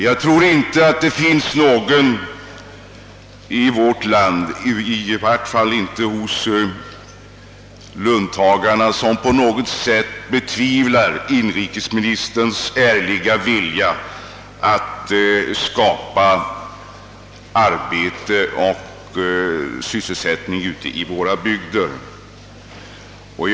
Jag tror inte det finns någon i vårt land, i varje fall inte bland löntagarna, som betvivlar hans ärliga vilja att skapa arbete och sysselsättning ute i bygderna.